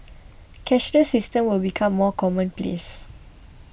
cashless systems will become more commonplace